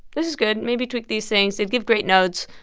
this is good. maybe tweak these things. they'd give great notes.